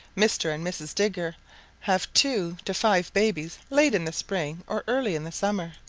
mr. and mrs. digger have two to five babies late in the spring or early in the summer.